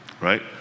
right